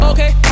Okay